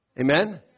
Amen